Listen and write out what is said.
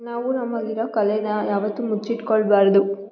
ನಾವು ನಮಗಿರೋ ಕಲೆನ ಯಾವತ್ತೂ ಮುಚ್ಚಿಟ್ಟುಕೊಳ್ಬಾರ್ದು